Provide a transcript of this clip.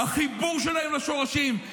החיבור שלהם לשורשים,